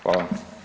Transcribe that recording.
Hvala.